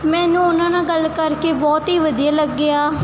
ਮੈਨੂੰ ਉਹਨਾਂ ਨਾਲ ਗੱਲ ਕਰਕੇ ਬਹੁਤ ਹੀ ਵਧੀਆ ਲੱਗਿਆ